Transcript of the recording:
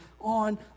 on